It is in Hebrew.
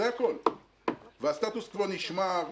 הסטטוס נשמר,